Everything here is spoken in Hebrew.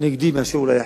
נגדי מאשר אולי אחרים,